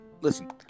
listen